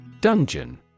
Dungeon